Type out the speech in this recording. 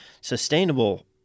sustainable